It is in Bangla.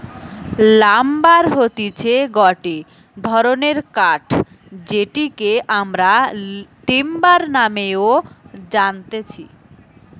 লাম্বার হতিছে গটে ধরণের কাঠ যেটিকে আমরা টিম্বার নামেও জানতেছি